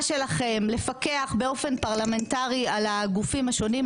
שלכם לפקח באופן פרלמנטרי על הגופים השונים,